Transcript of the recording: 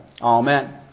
Amen